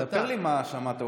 תספר לי מה שמעת,